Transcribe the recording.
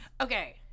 Okay